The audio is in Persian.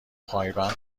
پایبند